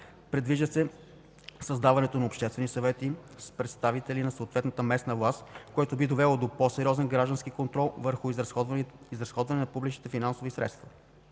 Предвижда се създаването на обществени съвети с представители на съответната местна власт, което би довело до по-сериозен граждански контрол върху изразходване на публичните финансови средствата.